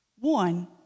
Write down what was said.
One